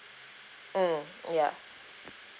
mm ya